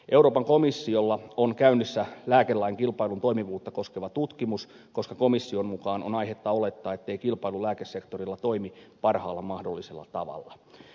euroopan komissiolla on käynnissä lääkelain kilpailun toimivuutta koskeva tutkimus koska komission mukaan on aihetta olettaa ettei kilpailu lääkesektorilla toimi parhaalla mahdollisella tavalla